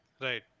right